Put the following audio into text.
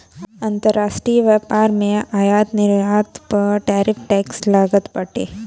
अंतरराष्ट्रीय व्यापार में आयात निर्यात पअ टैरिफ टैक्स लागत बाटे